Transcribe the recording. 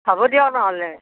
হ'ব দিয়ক নহ'লে